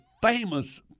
famous